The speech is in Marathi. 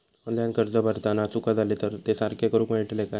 ऑनलाइन अर्ज भरताना चुका जाले तर ते सारके करुक मेळतत काय?